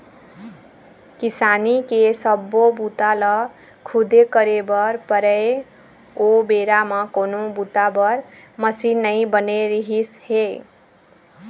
किसानी के सब्बो बूता ल खुदे करे बर परय ओ बेरा म कोनो बूता बर मसीन नइ बने रिहिस हे